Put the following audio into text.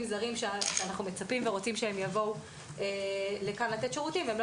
זרים שאנחנו מצפים ורוצים שהם יבואו לכאן לתת שירותים והם לא